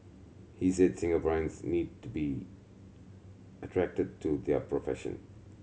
he says Singaporeans need to be attracted to their profession